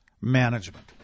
Management